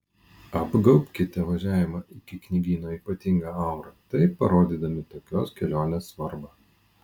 apgaubkite važiavimą iki knygyno ypatinga aura taip parodydami tokios kelionės svarbą